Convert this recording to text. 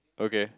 okay